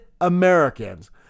Americans